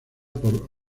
por